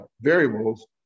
variables